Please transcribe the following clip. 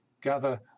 Gather